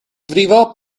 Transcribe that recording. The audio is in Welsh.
frifo